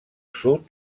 sud